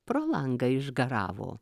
pro langą išgaravo